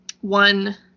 one